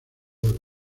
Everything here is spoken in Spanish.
oro